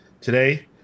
today